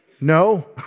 No